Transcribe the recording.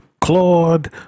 Claude